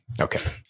Okay